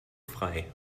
frei